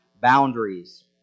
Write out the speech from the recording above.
boundaries